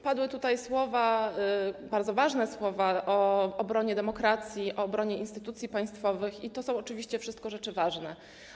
Padły tutaj słowa, bardzo ważne słowa o obronie demokracji, o obronie instytucji państwowych i to są oczywiście wszystko rzeczy ważne.